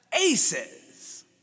Aces